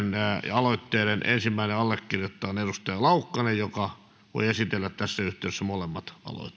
aloitteiden ensimmäinen allekirjoittaja on antero laukkanen joka voi esitellä tässä yhteydessä molemmat